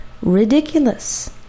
ridiculous